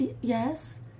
yes